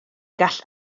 gall